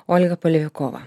olga poliakova